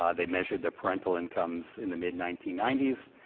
ah they measured the parental incomes in the mid nineteen ninety s.